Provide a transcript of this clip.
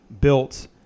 built